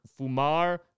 fumar